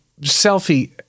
selfie